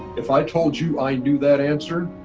if i told you i knew that answer,